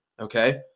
okay